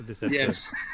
Yes